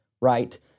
right